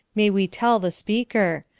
may we tell the speaker,